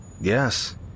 Yes